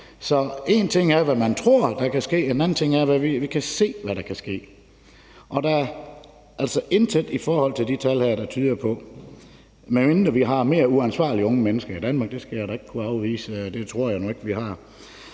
Så én ting er, hvad man tror at der kan ske. En anden ting er, hvad vi kan se at der kan ske. Og der er altså intet i forhold til de her tal, der tyder på det, medmindre vi har nogle mere uansvarlige unge mennesker i Danmark – det skal jeg ikke kunne afvise, men det tror jeg nu ikke at vi har.